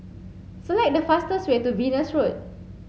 select the fastest way to Venus Road